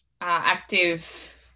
active